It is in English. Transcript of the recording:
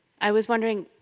i was wondering,